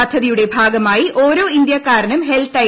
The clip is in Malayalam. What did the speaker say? പദ്ധതിയുടെ ഭാഗമായി ഓരോ ഇന്ത്യക്കാരനും ഹെൽത്ത് ഐ